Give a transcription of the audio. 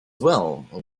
well